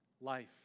Life